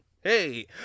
Hey